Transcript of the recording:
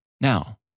Now